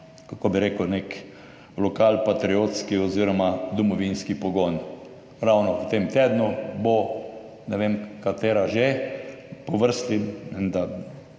kako bi rekel, nek lokalpatriotski oziroma domovinski pogon. Ravno v tem tednu bo, ne vem katera že po vrsti, menda